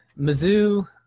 Mizzou